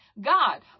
God